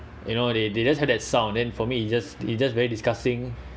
you know they they just had that sound then for me it just it just very disgusting